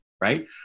right